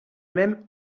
même